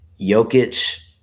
Jokic